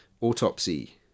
Autopsy